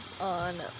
on